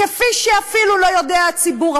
כפי שאפילו לא יודע הציבור,